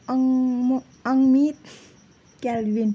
अङ अङ्मित क्यालविन